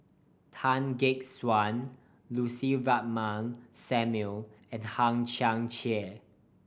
Tan Gek Suan Lucy Ratnammah Samuel and Hang Chang Chieh